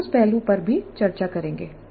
हम उस पहलू पर भी चर्चा करेंगे